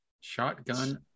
Shotgun